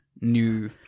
new